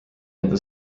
enda